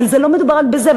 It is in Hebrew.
אבל לא מדובר רק בזה.